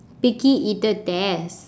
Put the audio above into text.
picky eater test